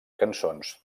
cançons